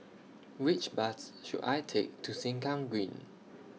Which Bus should I Take to Sengkang Green